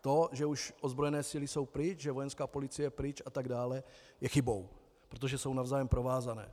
To, že už ozbrojené síly jsou pryč, že Vojenská policie je pryč atd., je chybou, protože jsou navzájem provázány.